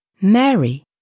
Mary